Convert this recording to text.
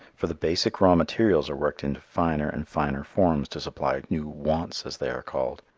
for the basic raw materials are worked into finer and finer forms to supply new wants as they are called,